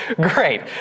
Great